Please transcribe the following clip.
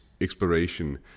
exploration